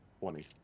Twenty